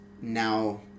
now